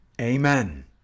Amen